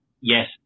yes